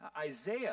Isaiah